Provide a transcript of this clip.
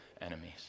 enemies